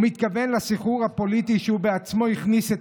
הוא מתכוון לסחרור הפוליטי שהוא בעצמו הכניס את